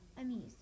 amused